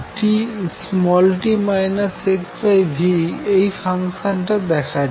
t - xv এই ফাংশনটা দেখা যাক